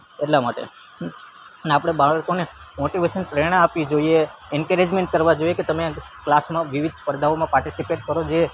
એટલા માટે ને આપણે બાળકોને મોટીવેશન પ્રેરણા આપવી જોઈએ એંકરેજમેન્ટ કરવા જોઈએ કે તમે ક્લાસમાં વિવિધ સ્પર્ધાઓમાં પાર્ટીસિપેટ કરો જે